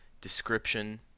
description